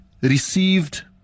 received